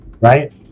right